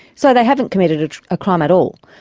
so they haven't committed a crime at all.